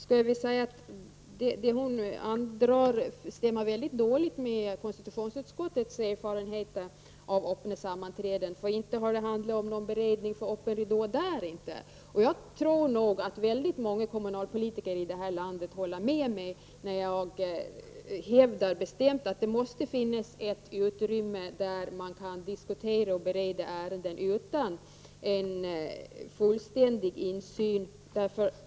Det hon säger stämmer mycket dåligt med konstitutionsutskottets erfarenheter av öppna sammanträden, eftersom det där inte har handlat om någon beredning för öppen ridå. Jag tror att väldigt många kommunalpolitiker i det här landet håller med mig när jag bestämt hävdar att det måste finnas ett utrymme för diskussion och beredning av ärenden utan en fullständig insyn.